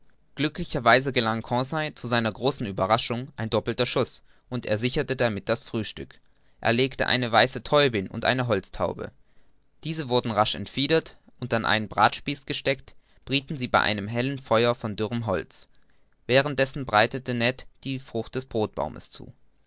glücklicherweise gelang conseil zu seiner großen ueberraschung ein doppelter schuß und er sicherte damit das frühstück er erlegte eine weiße täubin und eine holztaube diese wurden rasch entfiedert und an einen bratspieß gesteckt brieten sie bei einem hellen feuer von dürrem holz während dessen bereitete ned die frucht des brodbaumes zu